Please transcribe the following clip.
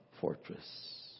fortress